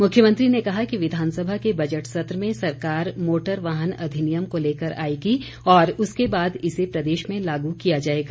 मुख्यमंत्री ने कहा कि विधानसभा के बजट सत्र में सरकार मोटर वाहन अधिनियम को लेकर आएगी और उसके बाद इसे प्रदेश में लागू किया जाएगा